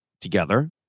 together